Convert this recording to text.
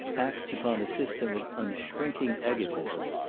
acts upon a system of unshrinking egotism.